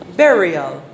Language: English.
burial